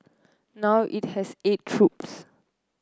now it has eight troops